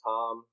Tom